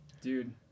Dude